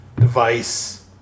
device